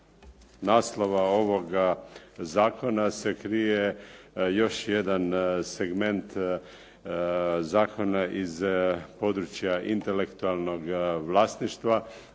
naslova ovoga zakona se krije još jedan segment zakona iz područja intelektualnog vlasništva,